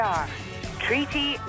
Treaty